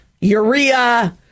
urea